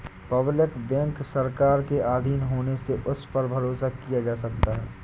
public bank सरकार के आधीन होने से उस पर भरोसा किया जा सकता है